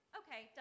okay